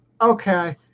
okay